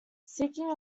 seeking